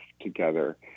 together